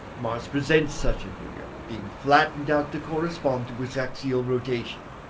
mars presents such a figure, being flattened out to correspond to its axial rotation.